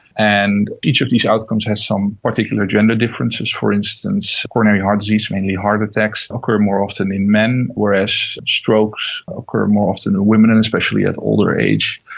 and each of these outcomes has some particular gender differences. for instance, coronary heart disease, mainly heart attacks occur more often in men, whereas strokes occur more often in women and especially at older age.